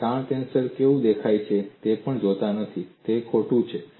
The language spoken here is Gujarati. તમે તાણ ટેન્સર કેવું દેખાય છે તે પણ જોતા નથી તે ખોટું છે